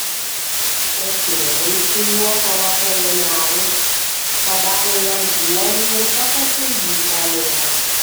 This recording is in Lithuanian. o tėvui su juo pavakarieniavus padarė jam guolį ir pakasė jį žemėje